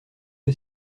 que